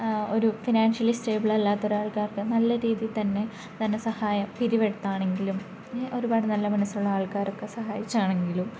ഒരു ഫിനാൻഷ്യലി സ്റ്റേബിളല്ലാത്ത ഒരാൾക്കാർക്ക് നല്ല രീതിയിൽ തന്നെ ധനസഹായം പിരിവെടുത്താണെങ്കിലും പിന്നെ ഒരുപാട് നല്ല മനസ്സുള്ള ആൾക്കാരൊക്കെ സഹായിച്ചാണെങ്കിലും